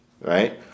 Right